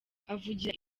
avugira